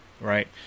Right